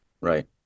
Right